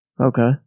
Okay